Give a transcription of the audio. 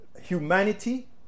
humanity